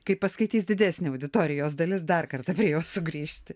kai paskaitys didesnė auditorijos dalis dar kartą prie jos sugrįžti